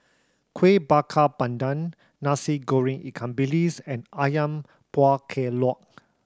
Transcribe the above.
Kueh Bakar Pandan Nasi Goreng ikan bilis and Ayam Buah Keluak